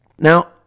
Now